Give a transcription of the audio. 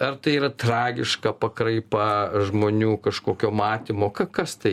ar tai yra tragiška pakraipa žmonių kažkokio matymo ka kas tai